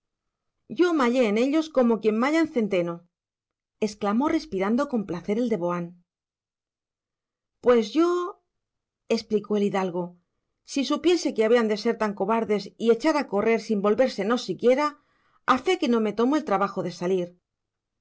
mallé en ellos como quien malla en centeno exclamó respirando con placer el de boán pues yo explicó el hidalgo si supiese que habían de ser tan cobardes y echar a correr sin volvérsenos siquiera a fe que no me tomo el trabajo de salir